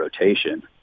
rotation